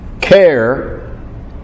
care